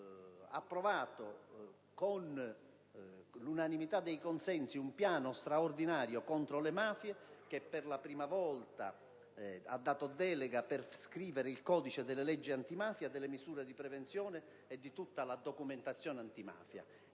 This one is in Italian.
abbiamo approvato con l'unanimità dei consensi un piano straordinario contro le mafie, che per la prima volta ha previsto una delega per scrivere il codice delle leggi antimafia, delle misure di prevenzione e di tutta la documentazione antimafia,